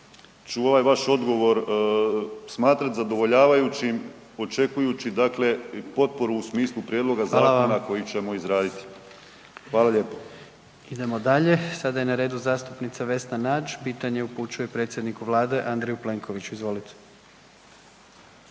ću ovaj vaš odgovor smatrati zadovoljavajućim očekujući potporu u smislu zakona koji ćemo izraditi. Hvala lijepo. **Jandroković, Gordan (HDZ)** Idemo dalje. Sada je na redu zastupnica Vesna Nađ pitanje upućuje predsjedniku Vlade Andreju Plenkoviću. Izvolite.